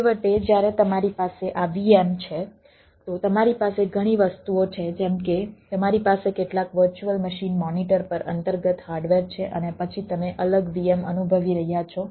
છેવટે જ્યારે તમારી પાસે આ VM છે તો તમારી પાસે ઘણી વસ્તુઓ છે જેમ કે તમારી પાસે કેટલાક વર્ચ્યુઅલ મશીન મોનિટર પર અંતર્ગત હાર્ડવેર છે અને પછી તમે અલગ VM અનુભવી રહ્યા છો